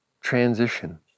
transition